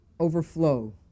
overflow